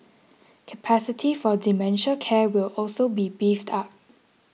capacity for dementia care will also be beefed up